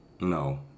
No